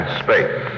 space